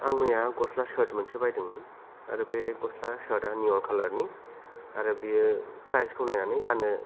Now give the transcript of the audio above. आं मैया गस्ला सार्थ मोनसे बायदोंमोन आरो बे गस्ला सार्थ आ नियन खालार नि आरो बियो प्राइस खौ नायनानै गाननो